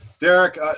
Derek